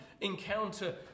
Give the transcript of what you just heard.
encounter